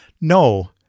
no